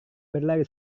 berlari